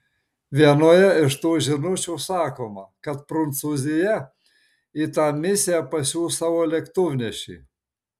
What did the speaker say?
vienoje iš tų žinučių sakoma kad prancūzija į tą misiją pasiųs savo lėktuvnešį